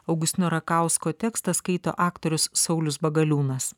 augustino rakausko tekstą skaito aktorius saulius bagaliūnas